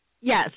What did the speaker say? Yes